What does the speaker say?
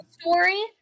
story